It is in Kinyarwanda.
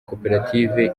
koperative